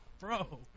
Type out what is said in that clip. bro